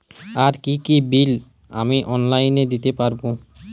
আর কি কি বিল আমি অনলাইনে দিতে পারবো?